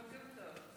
בוקר טוב.